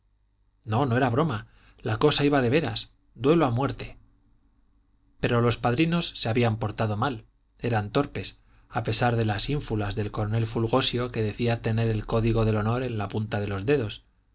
no no era broma la cosa iba de veras duelo a muerte pero los padrinos se habían portado mal eran torpes a pesar de las ínfulas del coronel fulgosio que decía tener el código del honor en la punta de los dedos